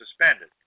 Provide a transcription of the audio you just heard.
suspended